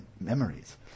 memories